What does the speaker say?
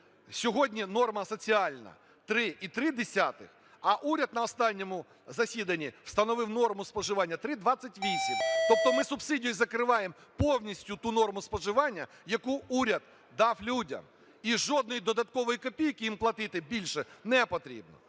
Сьогодні норма соціальна - 3,3, а уряд на останньому засіданні встановив норму споживання - 3,28. Тобто ми субсидією закриваємо повністю ту норму споживання, яку уряд дав людям. І жодної додаткової копійки їм платити більше не потрібно.